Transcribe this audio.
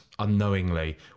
unknowingly